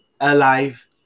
alive